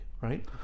right